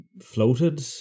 floated